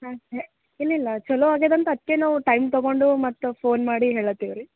ಹಾಂ ಹೇ ಇಲ್ಲ ಇಲ್ಲ ಛಲೋ ಆಗ್ಯದಂತ ಅದಕ್ಕೆ ನಾವು ಟೈಮ್ ತೊಗೊಂಡು ಮತ್ತೆ ಫೋನ್ ಮಾಡಿ ಹೇಳತ್ತೀವಿ ರೀ